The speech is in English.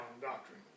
doctrine